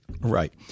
Right